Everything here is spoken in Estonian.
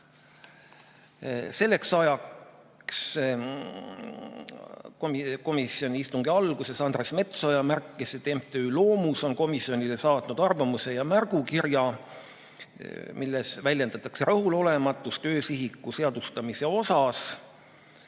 aastal. Komisjoni istungi alguses märkis Andres Metsoja, et MTÜ Loomus on komisjonile saatnud arvamuse ja märgukirja, milles väljendatakse rahulolematust öösihiku seadustamisega.